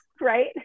right